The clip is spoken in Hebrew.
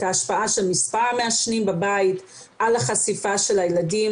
ההשפעה של מספר המעשנים בבית על החשיפה של הילדים.